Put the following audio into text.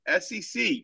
SEC